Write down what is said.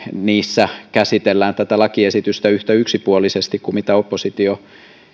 niissä käsitellään tätä lakiesitystä yhtä yksipuolisesti kuin oppositio